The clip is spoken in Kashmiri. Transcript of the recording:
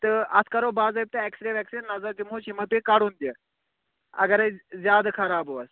تہٕ اَتھ کَرو باضٲبطہٕ ایکٕسرے ویکٕسرے نظر دِمہوس یہِ ما پیٚیہِ کَڑُن تہِ اگرَے زیادٕ خَراب اوس